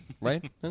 right